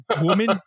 woman